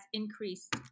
increased